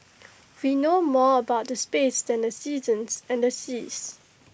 we know more about the space than the seasons and the seas